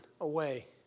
away